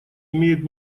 имеют